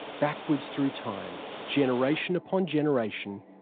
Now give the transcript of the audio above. backwards through time, generation upon generation,